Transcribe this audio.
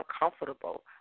uncomfortable